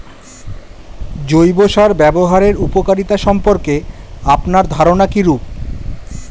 জৈব সার ব্যাবহারের উপকারিতা সম্পর্কে আপনার ধারনা কীরূপ?